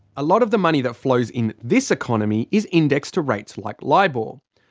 a lot of the money that flows in this economy is indexed to rates like libor.